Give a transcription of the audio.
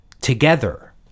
together